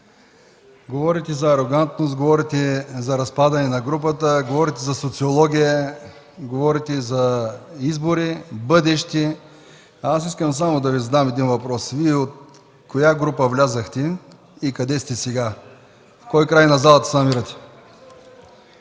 говорите за арогантност, за разпадане на групата, говорите за социология, говорите и за бъдещи избори. Искам да Ви задам само един въпрос. Вие от коя група влязохте и къде сте сега? В кой край на залата се намирате?